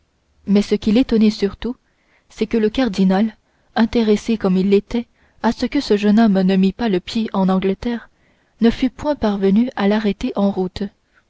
mais ce qui l'étonnait surtout c'est que le cardinal intéressé comme il l'était à ce que le jeune homme ne mît pas le pied en angleterre ne fût point parvenu à l'arrêter en route